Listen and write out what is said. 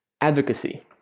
advocacy